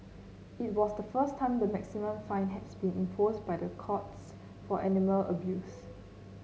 it was the first time the maximum fine has been imposed by the courts for animal abuse